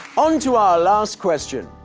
on to our last question.